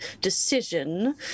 decision